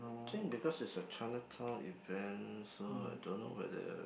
since because it's a Chinatown event so I don't know whether